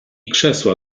krzesła